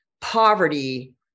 poverty